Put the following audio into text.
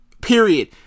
period